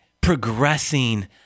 progressing